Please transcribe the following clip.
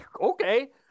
okay